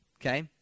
Okay